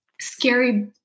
scary